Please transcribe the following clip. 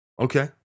Okay